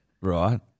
Right